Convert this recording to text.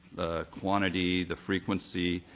quantity, the frequency,